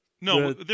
No